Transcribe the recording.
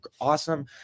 awesome